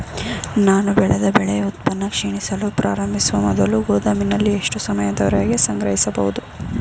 ನಾನು ಬೆಳೆದ ಬೆಳೆ ಉತ್ಪನ್ನ ಕ್ಷೀಣಿಸಲು ಪ್ರಾರಂಭಿಸುವ ಮೊದಲು ಗೋದಾಮಿನಲ್ಲಿ ಎಷ್ಟು ಸಮಯದವರೆಗೆ ಸಂಗ್ರಹಿಸಬಹುದು?